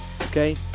Okay